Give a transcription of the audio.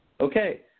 Okay